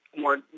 more